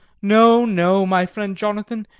no, no, my friend jonathan,